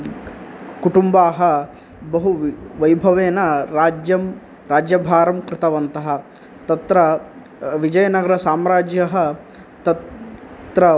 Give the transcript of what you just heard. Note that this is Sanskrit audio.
कुटुम्बाः बहु वि वैभवेन राज्यं राज्यभारं कृतवन्तः तत्र विजयनगरसाम्राज्यः तत् त्र